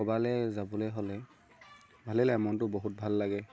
ক'বালৈ যাবলৈ হ'লে ভালেই লাগে মনটো বহুত ভাল লাগে